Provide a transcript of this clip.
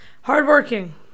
Hardworking